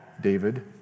David